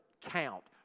count